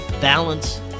balance